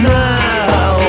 now